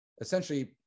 essentially